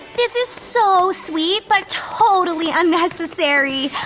this is so sweet, but totally unnecessary.